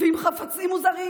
ועם חפצים מוזרים,